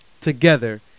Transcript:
together